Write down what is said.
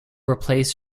replace